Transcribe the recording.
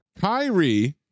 Kyrie